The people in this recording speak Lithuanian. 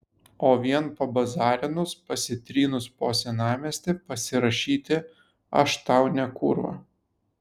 o vien pabazarinus pasitrynus po senamiestį pasirašyti aš tau ne kūrva